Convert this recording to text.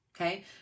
Okay